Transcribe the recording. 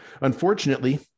Unfortunately